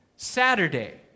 Saturday